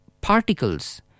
particles